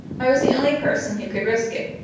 i was the only person who could risk it,